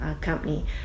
company